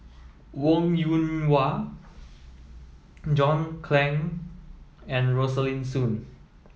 Wong Yoon Wah John Clang and Rosaline Soon